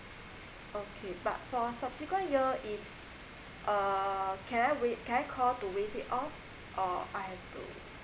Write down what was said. okay but for subsequent year if uh can I call to waive it off or I have to